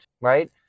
Right